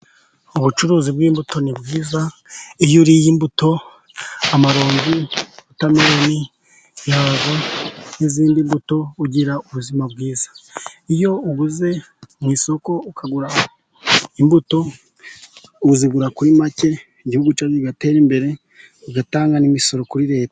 Ubucuruzi bw'imbuto ni bwiza, iyo uriye imbuto amarongi, wotameroni n'izindi mbuto ugira ubuzima bwiza, iyo uguze mu isoko ukagura imbuto uzigura kuri make igihugu cyacu kigatera imbere ugatanga n'imisoro kuri leta.